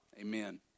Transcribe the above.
Amen